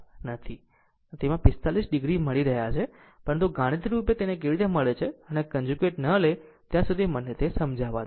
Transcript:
જો તેમાં45 o મળી રહ્યાં છે પરંતુ ગાણિતિક રૂપે તેને કેવી રીતે મળે છે અને કન્જુગેટ ન લે ત્યાં સુધી મને તે સમજાવા દો